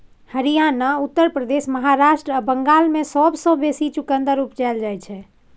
हरियाणा, उत्तर प्रदेश, महाराष्ट्र आ बंगाल मे सबसँ बेसी चुकंदर उपजाएल जाइ छै